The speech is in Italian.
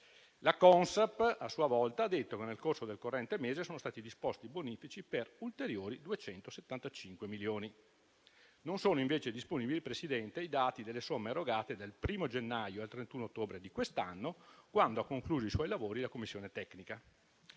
La Consap, a sua volta, ha detto che nel corso del corrente mese sono stati disposti i bonifici per ulteriori 275 milioni. Non sono invece disponibili, Presidente, i dati delle somme erogate dal 1° gennaio al 31 ottobre di quest'anno, quando ha concluso i suoi lavori la Commissione tecnica.